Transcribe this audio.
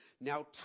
Now